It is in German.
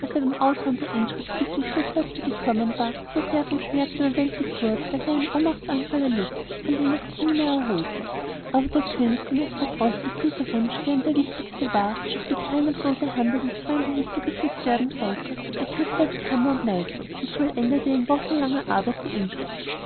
aushauen der inschrift bis zum schlußsatze gekommen war sosehr vom schmerz überwältigt wurde daß er einen ohnmachtsanfall erlitt von dem er sich nie mehr erholte aber der könig den es verdroß daß dieser wunsch der für ihn das wichtigste war durch die teilnahmslose hand eines fremden hinzugefügt werden sollte ergriff selbst hammer und meißel und vollendete so in wochenlanger arbeit die inschrift